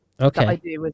Okay